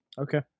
Okay